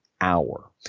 hour